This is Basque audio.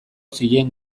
zien